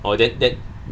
orh then then